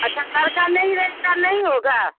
अच्छा लड़का नहीं रहेगा नहीं होगा